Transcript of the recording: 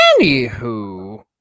Anywho